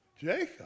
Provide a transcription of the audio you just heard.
Jacob